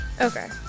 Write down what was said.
Okay